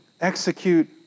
execute